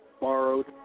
borrowed